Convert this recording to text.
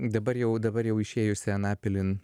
dabar jau dabar jau išėjusi anapilin